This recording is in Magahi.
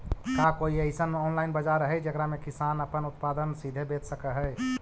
का कोई अइसन ऑनलाइन बाजार हई जेकरा में किसान अपन उत्पादन सीधे बेच सक हई?